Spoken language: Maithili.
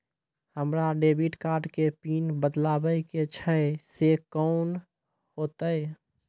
हमरा डेबिट कार्ड के पिन बदलबावै के छैं से कौन होतै?